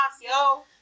yo